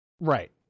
Right